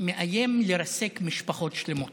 שמאיים לרסק משפחות שלמות.